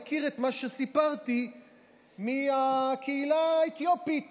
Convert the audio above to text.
מכיר את מה שסיפרתי מהקהילה האתיופית